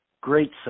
great